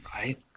right